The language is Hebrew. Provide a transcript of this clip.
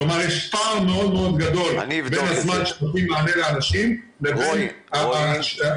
כלומר יש פער מאוד גדול בין הזמן שנותנים מענה לאנשים לבין התשובות.